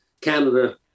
Canada